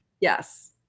Yes